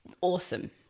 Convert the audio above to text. awesome